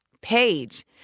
page